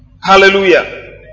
Hallelujah